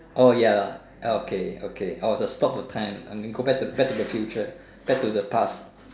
oh ya lah okay okay or to stop the time and then go back to the back to the future back to the past